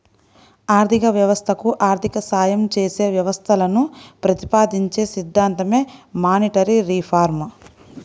ఆర్థిక వ్యవస్థకు ఆర్థిక సాయం చేసే వ్యవస్థలను ప్రతిపాదించే సిద్ధాంతమే మానిటరీ రిఫార్మ్